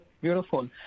Beautiful